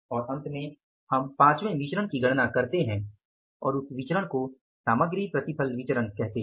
और अंत में हम पांचवें विचरण की गणना करते हैं और उस विचरण को सामग्री प्रतिफल विचरण कहते हैं